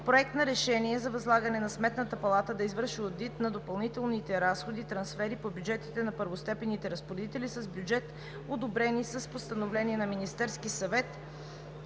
Проект на решение за възлагане на Сметната палата да извърши одит на допълнителните разходи/трансфери по бюджетите на първостепенните разпоредители с бюджет, одобрени с постановления на Министерския съвет,